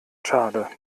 schade